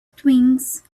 twigs